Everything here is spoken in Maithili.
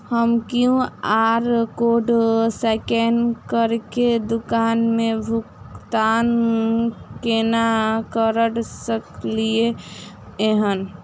हम क्यू.आर कोड स्कैन करके दुकान मे भुगतान केना करऽ सकलिये एहन?